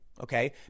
okay